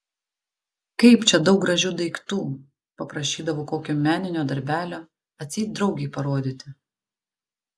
kaip čia daug gražių daiktų paprašydavo kokio meninio darbelio atseit draugei parodyti